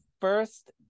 first